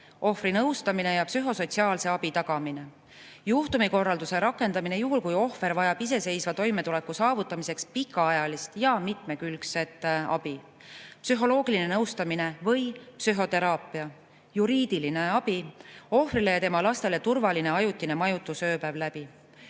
ohvri nõustamine ja psühhosotsiaalse abi tagamine; juhtumikorralduse rakendamine juhul, kui ohver vajab iseseisva toimetuleku saavutamiseks pikaajalist ja mitmekülgset abi; psühholoogiline nõustamine või psühhoteraapia; juriidiline abi; ohvrile ja tema lastele turvaline ajutine majutus ööpäev läbi.